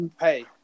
Hey